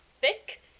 thick